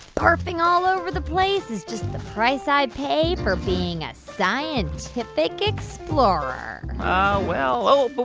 barfing all over the place is just the price i pay for being a scientific explorer well oh, but